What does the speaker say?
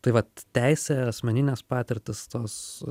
tai vat teisė asmeninės patirtys tos